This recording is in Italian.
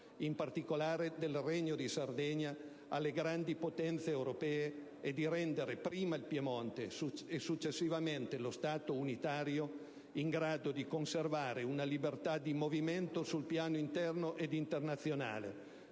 in particolare del Regno di Sardegna, alle grandi potenze europee e di rendere prima il Piemonte e successivamente lo Stato unitario in grado di conservare una libertà di movimento sul piano interno ed internazionale,